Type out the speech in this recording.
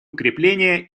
укрепление